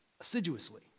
assiduously